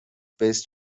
best